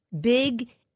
Big